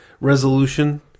resolution